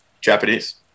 Japanese